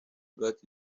got